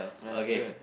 okay